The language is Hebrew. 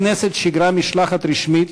הכנסת שיגרה משלחת רשמית